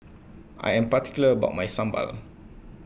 I Am particular about My Sambal